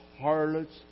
harlots